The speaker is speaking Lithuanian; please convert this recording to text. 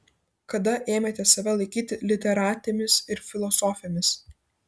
kada ėmėte save laikyti literatėmis ir filosofėmis